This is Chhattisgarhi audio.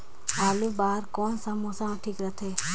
आलू बार कौन सा मौसम ह ठीक रथे?